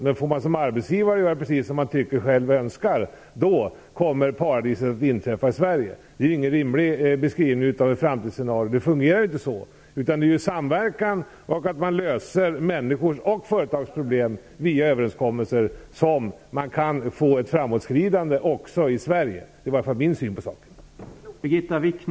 Får man däremot som arbetsgivare göra precis som man tycker och själv önskar kommer paradiset att inträffa i Sverige. Det här är ju ingen rimlig beskrivning av ett framtidsscenario; det fungerar inte så. Det är genom samverkan, att man löser människors och företags problem via överenskommelser, som man kan få ett framåtskridande också i Sverige. Det är i varje fall min syn på saken.